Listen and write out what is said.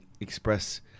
express